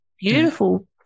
beautiful